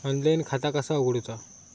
Online खाता कसा उगडूचा?